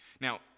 Now